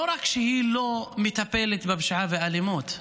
לא רק שהיא לא מטפלת בפשיעה ובאלימות,